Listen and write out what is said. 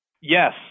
Yes